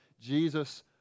jesus